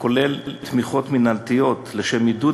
וכולל תמיכות מינהליות לשם עידוד